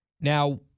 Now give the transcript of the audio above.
Now